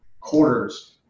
quarters